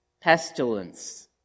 pestilence